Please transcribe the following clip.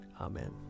Amen